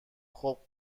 خوب